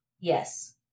Yes